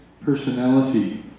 personality